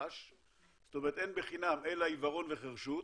זאת אומרת אין בחינם אלא עיוורון וחירשות,